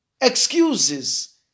excuses